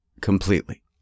completely